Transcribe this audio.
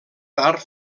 tard